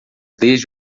desde